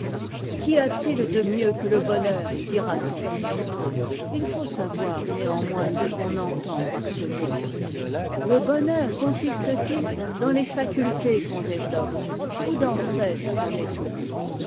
qu'y a-t-il de mieux que le bonheur p dira-t-on it faut savoir néanmoins ce qu'on entend par ce mot le bonheur consistè t il dans tes facûttés qu'on développe ou dans celles qu'on étouffe